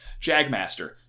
Jagmaster